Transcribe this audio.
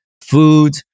food